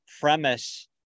premise